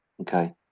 Okay